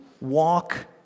walk